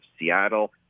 Seattle